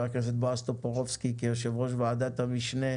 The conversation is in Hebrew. חבר הכנסת בועז טופורובסקי כיושב-ראש ועדת המשנה